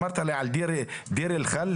אמרת לי על דיר אל חלאט,